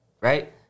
right